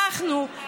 אנחנו,